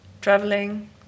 traveling